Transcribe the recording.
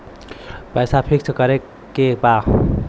पैसा पिक्स करके बा?